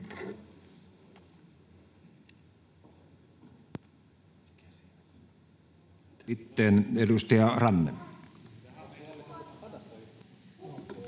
Kiitos,